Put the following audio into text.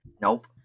Nope